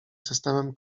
systemem